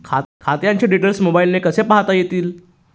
खात्याचे डिटेल्स मोबाईलने कसे पाहता येतील?